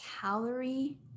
calorie